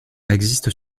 existent